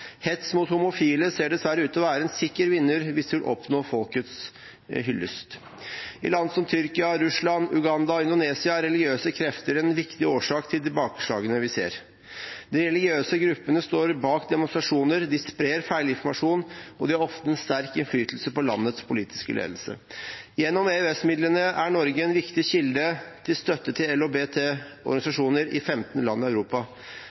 Hets mot homofile ser dessverre ut til å være en sikker vinner hvis man vil oppnå folkets hyllest. I land som Tyrkia, Russland, Uganda og Indonesia er religiøse krefter en viktig årsak til tilbakeslagene vi ser. De religiøse gruppene står bak demonstrasjoner, de sprer feilinformasjon, og de har ofte sterk innflytelse på landets politiske ledelse. Gjennom EØS-midlene er Norge en viktig kilde til støtte for LHBT-organisasjoner i 15 land i Europa.